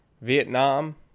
Vietnam